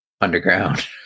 underground